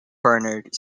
bernard